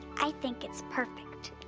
i think it's perfect.